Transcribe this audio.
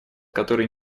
который